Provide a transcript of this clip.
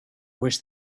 wish